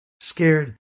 scared